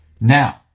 Now